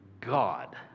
God